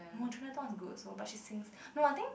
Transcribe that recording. no is good also but she sings no I think